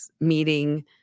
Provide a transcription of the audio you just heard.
meeting